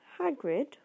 Hagrid